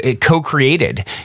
co-created